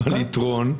אבל יתרון.